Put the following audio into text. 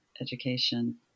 education